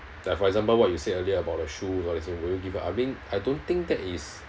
like for example what you said earlier about the shoe all these thing will you give up I mean I don't think that is